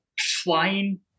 flying